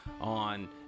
on